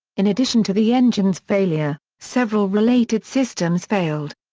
in addition to the engine's failure, several related systems failed.